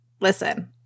listen